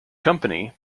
company